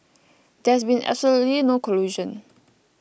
there's been absolutely no collusion